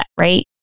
right